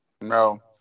No